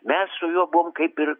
mes su juo buvom kaip ir